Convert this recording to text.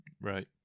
Right